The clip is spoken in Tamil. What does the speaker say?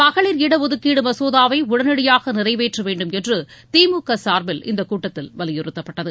மகளிர் இடஒதுக்கீடு மசோதாவை உடனடியாக நிறைவேற்ற வேண்டும் என்று திமுக சார்பில் இந்தக் கூட்டத்தில் வலியுறுத்தப்பட்டது